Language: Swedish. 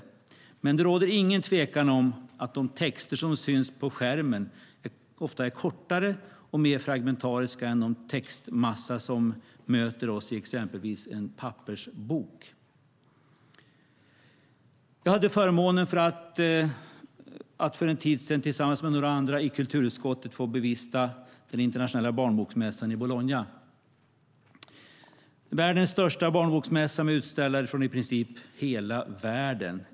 Men det råder ingen tvekan om att de texter som syns på skärmen ofta är kortare och mer fragmentariska än den textmassa som möter oss exempelvis i en pappersbok. Jag hade förmånen att för en tid sedan tillsammans med några andra från kulturutskottet få bevista den internationella barnboksmässan i Bologna. Det är världens största barnboksmässa med utställare från i princip hela världen.